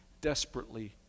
desperately